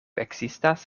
ekzistas